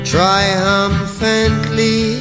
Triumphantly